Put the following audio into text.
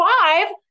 five